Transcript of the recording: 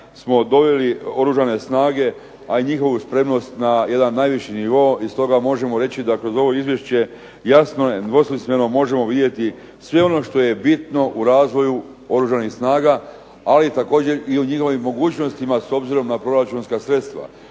smo doveli Oružane snage a i njihovu spremnost na jedan najviši nivo, i stoga možemo reći da kroz ovo Izvješće jasno nedvosmisleno možemo vidjeti sve ono što je bitno u razvoju Oružanih snaga ali također u njihovim mogućnostima s obzirom na proračunska sredstva.